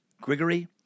Grigory